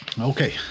Okay